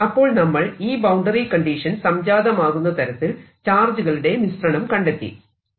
അപ്പോൾ നമ്മൾ ഈ ബൌണ്ടറി കണ്ടീഷൻ സംജാതമാകുന്ന തരത്തിൽ ചാർജുകളുടെ മിശ്രണം അഥവാ കോമ്പിനേഷൻ കണ്ടെത്തി